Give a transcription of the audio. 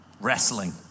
Wrestling